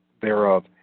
thereof